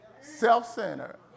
self-centered